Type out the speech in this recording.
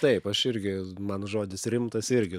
taip aš irgi man žodis rimtas irgi